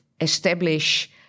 establish